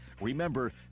Remember